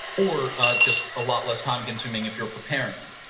or just a lot less time consuming if you are preparing them.